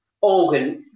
organ